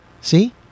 See